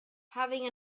having